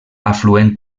afluent